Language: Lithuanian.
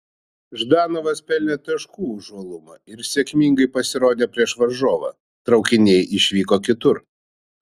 ždanovas pelnė taškų už uolumą ir sėkmingai pasirodė prieš varžovą traukiniai išvyko kitur